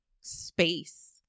space